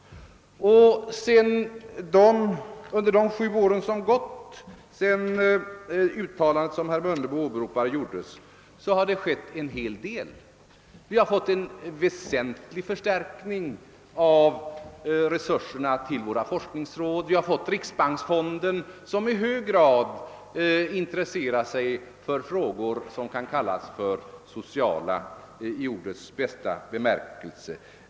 Under de sju år som gått sedan det uttalande gjordes som herr Mundebo åberopade har det skett en hel del. Våra forskningsråd har fått en väsentlig förstärkning av resurserna. Vi har fått riksbanksfonden, som i hög grad intresserat sig för frågor som kan kallas för sociala i ordets bästa bemärkelse.